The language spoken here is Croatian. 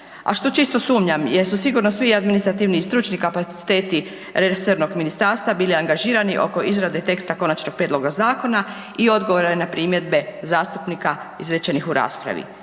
a što čisto sumnjam jer su sigurno svi administrativni i stručni kapaciteti resornog ministarstva bili angažirani oko izrade teksta konačnog prijedloga zakona i odgovora na primjedbe zastupnika izrečenih u raspravi.